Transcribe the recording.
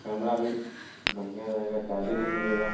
camera भी बढ़िया रहेगा चार्जर भी मिलेगा